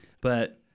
But-